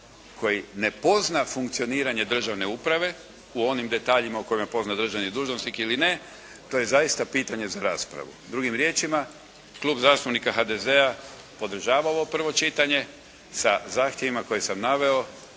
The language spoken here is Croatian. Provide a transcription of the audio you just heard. koji ne pozna funkcioniranje državne uprave u onim detaljima u kojima pozna državni dužnosnik ili ne, to je zaista pitanje za raspravu. Drugim riječima Klub zastupnika HDZ-a podržava ovo prvo čitanje sa zahtjevima koje sam naveo,